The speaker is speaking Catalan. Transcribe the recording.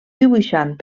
dibuixant